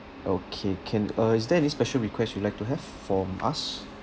okay can uh is there any special request you'd like to have from us